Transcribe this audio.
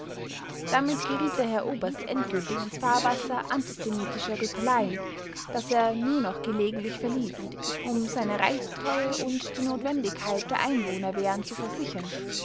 damit geriet der herr oberst endgültig ins fahrwasser antisemitischer rüpeleien das er nur noch gelegentlich verließ um seine reichstreue und die notwendigkeit der einwohnerwehren zu versichern